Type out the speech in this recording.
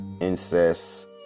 incest